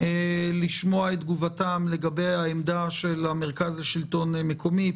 כדי לשמוע את תגובתם לגבי העמדה של המרכז לשלטון מקומי.